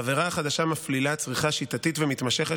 העבירה החדשה מפלילה צריכה שיטתית ומתמשכת